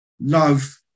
love